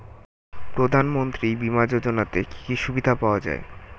প্রধানমন্ত্রী বিমা যোজনাতে কি কি সুবিধা পাওয়া যায়?